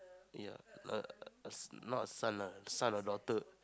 ya err not son lah son or daughter